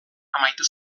amaitu